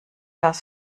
das